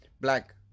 Black